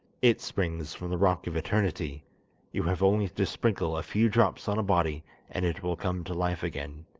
it springs from the rock of eternity you have only to sprinkle a few drops on a body and it will come to life again,